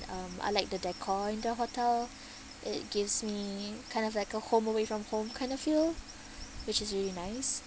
um I like the decor in the hotel it gives me kind of like a home away from home kind of feel which is really nice